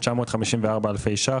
12,954 אלפי ₪,